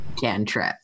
cantrip